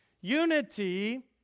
Unity